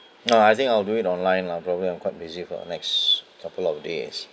no I think I'll do it online lah probably I'm quite busy for the next couple of days